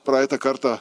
praeitą kartą